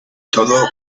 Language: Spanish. todo